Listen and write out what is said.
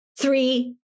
Three